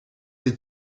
sie